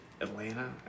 Atlanta